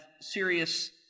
serious